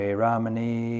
ramani